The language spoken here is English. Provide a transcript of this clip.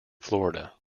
florida